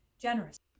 generous